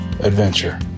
Adventure